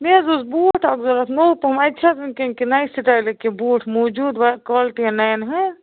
مےٚ حظ اوس بوٗٹ اَکھ ضوٚرَتھ نوٚو پَہَم اَتہِ چھِ حظ وٕنۍکٮ۪ن کیٚنٛہہ نَیہِ سٕٹایلُک کیٚنٛہہ بوٗٹ موٗجوٗد وَ کالٹِیہ نَیَن ہٕنٛز